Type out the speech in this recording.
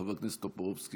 חבר הכנסת טופורובסקי,